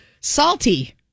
Salty